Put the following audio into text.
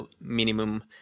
minimum